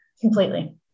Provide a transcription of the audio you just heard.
Completely